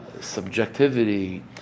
subjectivity